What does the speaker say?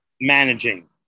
managing